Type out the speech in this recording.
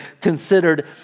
considered